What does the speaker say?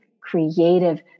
creative